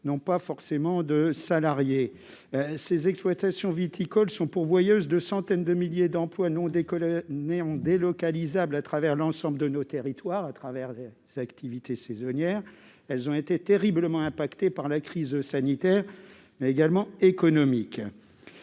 n'ont pas forcément de salariés. Ces exploitations viticoles sont pourvoyeuses de centaines de milliers d'emplois non délocalisables sur l'ensemble de nos territoires, au travers de leurs activités saisonnières. Elles ont été terriblement impactées par la crise sanitaire, mais également économique.